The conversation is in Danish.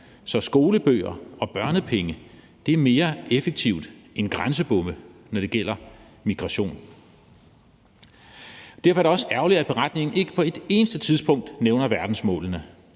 Så skolebøger og børnepenge er mere effektivt end grænsebomme, når det gælder migration. Derfor er det også ærgerligt, at redegørelsen ikke på et eneste tidspunkt nævner verdensmålene,